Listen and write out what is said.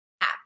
app